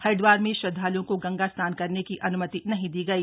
हरिदवार में श्रदधाल्ओं को गंगा स्नान करने की अन्मति नहीं दी गई